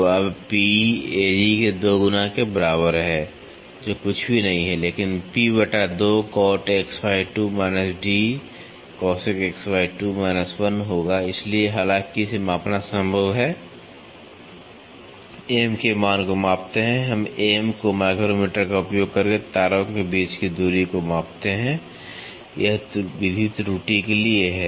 तो अब P A G के 2 गुना के बराबर है जो कुछ भी नहीं है लेकिन P बटा 2 cot x2 d cosecx2 1 होगा इसलिए हालांकि इसे मापना संभव है M के मान को मापते हैं हम M को माइक्रोमीटर का उपयोग करके तारों के बीच की दूरी को मापते हैं यह विधि त्रुटि के लिए है